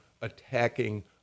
attacking